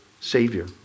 Savior